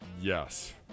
Yes